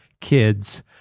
kids